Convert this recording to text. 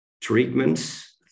Treatments